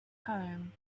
home